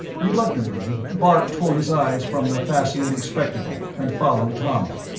reluctantly, bart tore his eyes from the fascinating spectacle, and followed tommy,